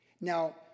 Now